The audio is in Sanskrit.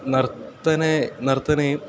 नर्तने नर्तने